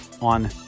on